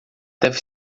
deve